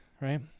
right